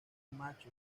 macho